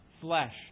flesh